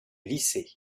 lycée